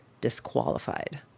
disqualified